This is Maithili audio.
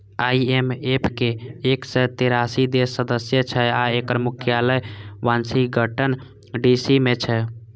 आई.एम.एफ के एक सय तेरासी देश सदस्य छै आ एकर मुख्यालय वाशिंगटन डी.सी मे छै